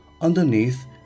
Underneath